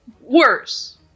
Worse